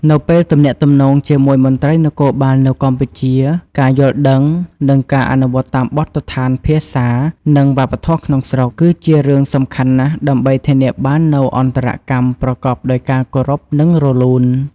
នៅពេលទំនាក់ទំនងជាមួយមន្ត្រីនគរបាលនៅកម្ពុជា ការយល់ដឹង និងការអនុវត្តតាមបទដ្ឋានភាសា និងវប្បធម៌ក្នុងស្រុក គឺជារឿងសំខាន់ណាស់ ដើម្បីធានាបាននូវអន្តរកម្មប្រកបដោយការគោរព និងរលូន។